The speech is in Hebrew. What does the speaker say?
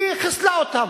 וחיסלה אותם.